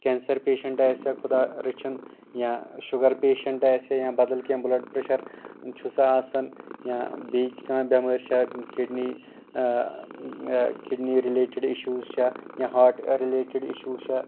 cancer patient آسہِ ہا خدا رٔچھِن یا شُگر پیشنٹ آسہِ یا بدل کیٚنٛہہ بلڈ پریشر چھُسا آسان یا بیٚیہِ کانٛہہ بیمٲرۍ چھا کِڈنی کِڈنی رِلیٹڈ اِشوٗز چھا یا ہاٹ رِلیٹڈ اِشوٗز چھا